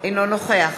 אינו נוכח